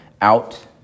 out